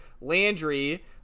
Landry